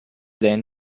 then